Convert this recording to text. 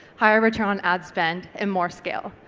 higher return on ad spend, and more scale.